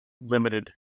limited